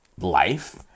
life